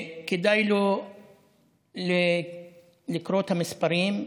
כדאי לו לקרוא את המספרים,